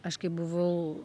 aš kai buvau